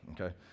okay